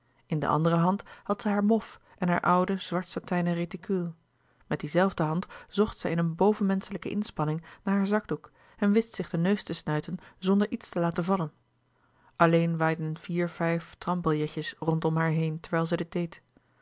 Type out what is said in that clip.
in de andere hand had zij haar mof en hare oude zwart satijnen réticule met die zelfde hand zocht zij in een bovenmenschelijke inspanning naar haar zakdoek en wist zich den neus te snuiten zonder iets te laten vallen alleen waaiden vier vijf trambilletjes rondom haar heen terwijl zij dit deed